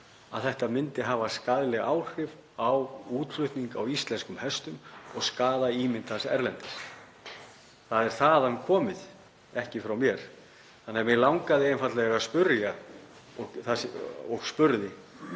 að þetta myndi hafa skaðleg áhrif á útflutning á íslenska hestinum og skaða ímynd hans erlendis. Það er þaðan komið, ekki frá mér. Þannig að mig langaði einfaldlega að spyrja